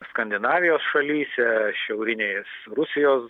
skandinavijos šalyse šiaurinės rusijos